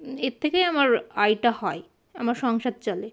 এর থেকেই আমার আয় টা হয় আমার সংসার চলে